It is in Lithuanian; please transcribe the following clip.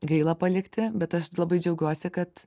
gaila palikti bet aš labai džiaugiuosi kad